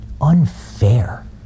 unfair